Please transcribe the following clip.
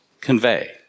convey